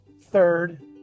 third